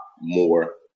more